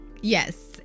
yes